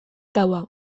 gaua